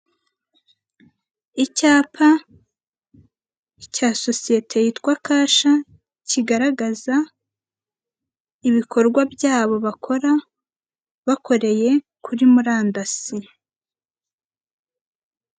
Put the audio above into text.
Icyapa cya sosiyete yitwa Kasha kigaragaza ibikorwa byabo bakora, bakoreye kuri murandasi.